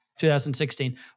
2016